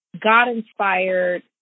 God-inspired